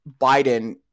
Biden